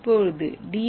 இப்போது டி